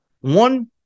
One